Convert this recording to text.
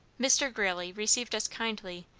mr. greeley received us kindly,